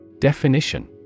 Definition